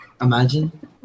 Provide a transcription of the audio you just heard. Imagine